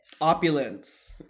opulence